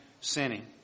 sinning